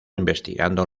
investigando